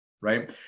Right